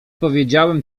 powiedziałem